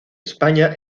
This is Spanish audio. españa